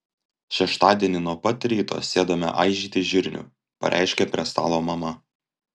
šeštadienį nuo pat ryto sėdame aižyti žirnių pareiškė prie stalo mama